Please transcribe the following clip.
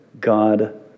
God